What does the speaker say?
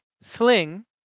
sling